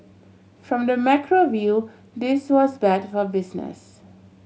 from the macro view this was bad for business